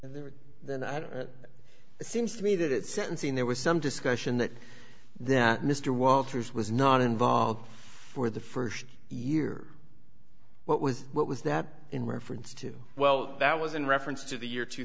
were then i don't know it seems to me that at sentencing there was some discussion that that mr walters was not involved for the st year what was what was that in reference to well that was in reference to the year two